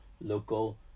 local